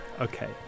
Okay